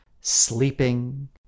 sleeping